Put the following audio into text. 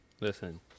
Listen